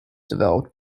developed